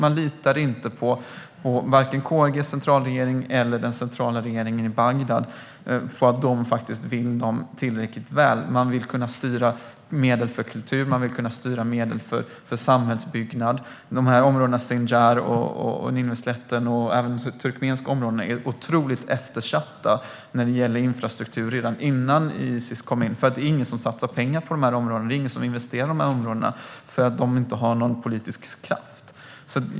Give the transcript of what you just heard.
De litar inte på att vare sig KRG:s centralregering eller den centrala regeringen i Bagdad vill dem tillräckligt väl. De vill kunna styra medel för kultur och medel för samhällsbyggnad. Områdena Sinjar, Nineveslätten och även de turkmenska områdena var otroligt eftersatta när det gäller infrastruktur redan innan IS kom in, för det är ingen som satsar pengar och investerar i de här områdena därför att de inte har någon politisk kraft.